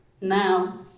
now